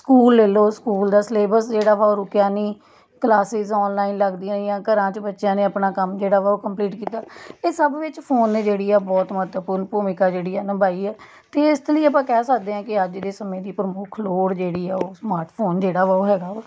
school ਲੈ ਲਓ school ਦਾ ਸਿਲੇਬਸ ਜਿਹੜਾ ਵਾ ਉਹ ਰੁਕਿਆ ਨਹੀਂ ਕਲਾਸਿਸ ਔਨਲਾਈਨ ਲੱਗਦੀਆਂ ਰਹੀਆਂ ਘਰਾਂ 'ਚ ਬੱਚਿਆਂ ਨੇ ਆਪਣਾ ਕੰਮ ਜਿਹੜਾ ਵਾ ਉਹ ਕੰਪਲੀਟ ਕੀਤਾ ਇਹ ਸਭ ਵਿੱਚ ਫੋਨ ਨੇ ਜਿਹੜੀ ਹੈ ਬਹੁਤ ਮਹੱਤਵਪੂਰਨ ਭੂਮਿਕਾ ਜਿਹੜੀ ਹੈ ਨਿਭਾਈ ਹੈ ਅਤੇ ਇਸ ਲਈ ਆਪਾਂ ਕਹਿ ਸਕਦੇ ਹਾਂ ਕਿ ਅੱਜ ਦੇ ਸਮੇਂ ਦੀ ਪ੍ਰਮੁੱਖ ਲੋੜ ਜਿਹੜੀ ਆ ਉਹ ਸਮਾਰਟਫੋਨ ਜਿਹੜਾ ਵਾ ਉਹ ਹੈਗਾ ਵਾ